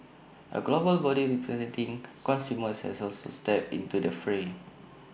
A global body representing consumers has also stepped into the fray